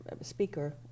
speaker